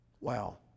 Wow